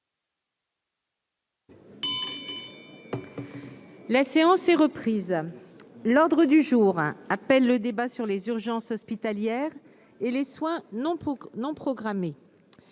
La séance est reprise, l'ordre du jour hein peine le débat sur les urgences hospitalières et les soins non non programmés.